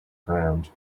ground